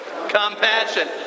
Compassion